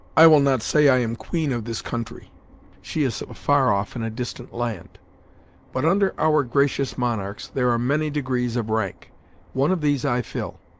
i will not say i am queen of this country she is afar off, in a distant land but under our gracious monarchs, there are many degrees of rank one of these i fill.